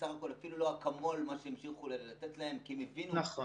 מה שנתנו להם זה אפילו לא אקמול.